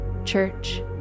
Church